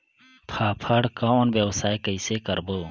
फाफण कौन व्यवसाय कइसे करबो?